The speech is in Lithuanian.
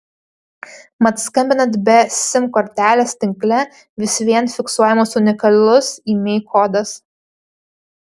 mat skambinant be sim kortelės tinkle vis vien fiksuojamas unikalus imei kodas